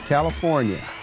California